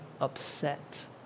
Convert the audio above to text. upset